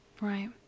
Right